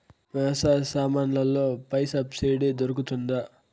వ్యవసాయ సామాన్లలో పై సబ్సిడి దొరుకుతుందా?